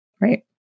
right